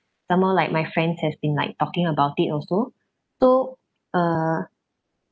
some more like my friends has been like talking about it also so uh